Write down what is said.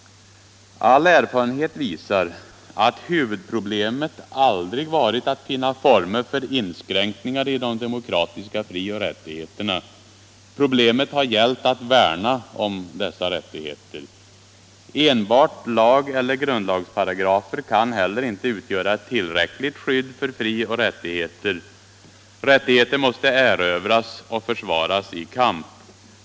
All erfarenhet visar att huvudproblemet aldrig varit att finna former för inskränkningar i de demokratiska frioch rättigheterna. Problemet har gällt att värna om dessa rättigheter. Enbart lageller grundlagsparagrafer kan heller inte utgöra ett tillräckligt skydd för frioch rättigheter. Rättigheter måste erövras och försvaras i kamp.